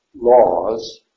laws